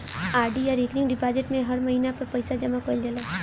RD या recurring deposit में हर महिना पअ पईसा जमा कईल जाला